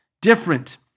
different